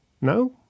No